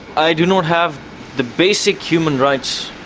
i do not have the basic human rights,